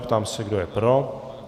Ptám se, kdo je pro.